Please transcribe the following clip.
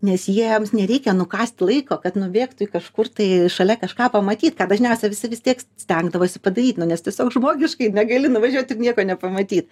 nes jiems nereikia nukąsti laiko kad nubėgtų į kažkur tai šalia kažką pamatyt ką dažniausiai visi vis tiek stengdavosi padaryt nu nes tiesiog žmogiškai negali nuvažiuot ir nieko nepamatyt